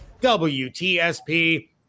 W-T-S-P